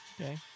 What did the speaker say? Okay